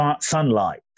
sunlight